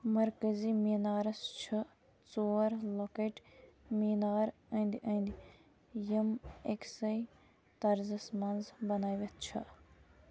مرکزی میٖنارس چھِ ژور لۄكٕٹۍ میٖنار أندِ أندِ، یِم أكسٕے طرزس منز بنٲوِتھ چھِ